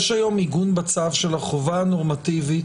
יש היום עיגון בצו של החובה הנורמטיבית